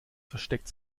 versteckt